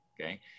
Okay